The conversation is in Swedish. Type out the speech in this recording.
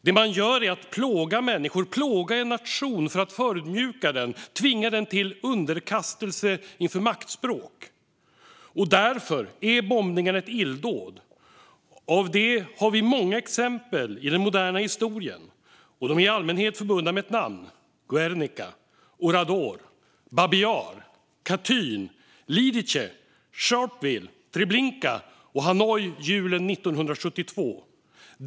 Det Ryssland gör är att plåga människor och en nation för att förödmjuka den och tvinga den till underkastelse inför maktspråk. Därför är bombningarna ett illdåd. På det har vi många exempel i den moderna historien, och de är i allmänhet förbundna med namn: Guernica, Oradour, Babij Jar, Katyn, Lidice, Sharpeville, Treblinka och Hanoi julen 1972.